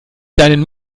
deinen